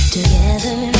Together